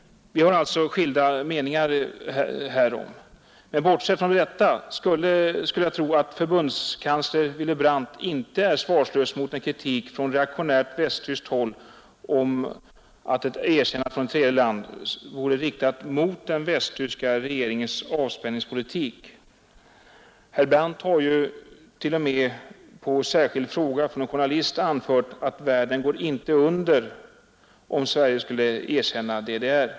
Vi har alltså skilda meningar härom. Men bortsett från detta skulle jag tro, att förbundskansler Willy Brandt inte är svarslös mot en kritik från reaktionärt västtyskt håll om att ett erkännande från ett tredje land vore riktat mot västtyska regeringens avspänningspolitik. Herr Brandt har ju t.o.m., på särskild fråga från en journalist anfört att ”världen går inte under” om Sverige nu skulle erkänna DDR.